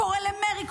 קורא למרי,